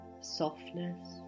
softness